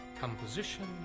Composition